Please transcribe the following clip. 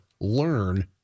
learn